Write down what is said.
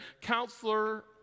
counselor